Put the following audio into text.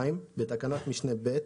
בתקנת משנה (ב)